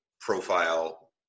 profile